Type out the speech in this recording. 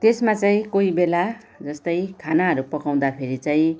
त्यसमा चाहिँ कोही बेला जस्तै खानाहरू पकाउँदाखेरि चाहिँ